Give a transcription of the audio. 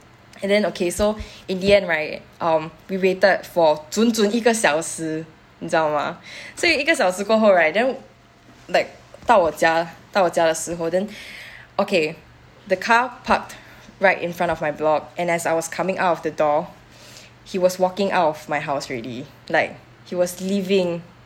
and then okay so in the end right um we waited for 准准一个小时你知道吗所以一个小时过后 right then like 到我家到我家的时候 then okay the car parked right in front of my block and as I was coming out of the door he was walking out of my house already like he was leaving